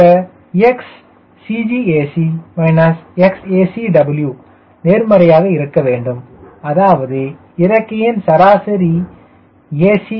இந்த XCGac XacW நேர்மறையாக இருக்க வேண்டும் அதாவது இறக்கையின் சராசரி a